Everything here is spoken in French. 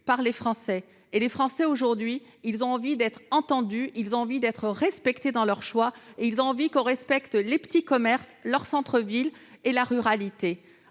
par les Français, et les Français, aujourd'hui, ont envie d'être entendus et respectés dans leurs choix ; ils ont envie que l'on respecte les petits commerces, les centres-villes et la ruralité.